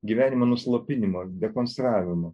gyvenimo nuslopinimo dekonstravimo